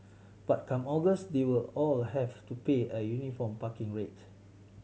but come August they will all have to pay a uniform parking rate